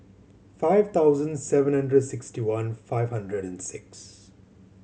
five thousand seven hundred sixty one five hundred and six